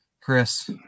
Chris